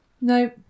No